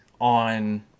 on